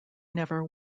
never